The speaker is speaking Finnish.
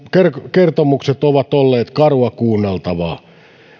kertomukset ovat olleet karua kuunneltavaa